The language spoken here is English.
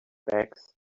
bags